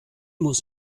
muss